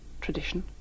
tradition